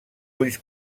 ulls